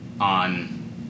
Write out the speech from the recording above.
on